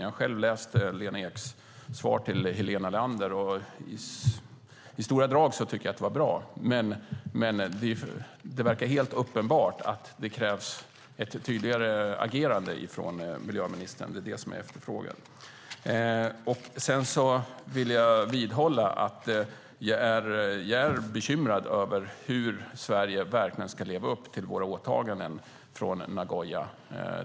Jag har själv läst Lena Eks svar till Helena Leander, och i stora drag tycker jag att det var bra, men det verkar helt uppenbart att det krävs ett tydligare agerande från miljöministern. Det är det som jag efterfrågar. Jag vill vidhålla att jag är bekymrad över hur Sverige ska leva upp till våra åtaganden från Nagoya.